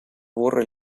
burro